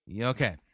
Okay